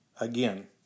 again